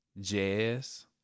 jazz